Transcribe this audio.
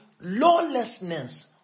lawlessness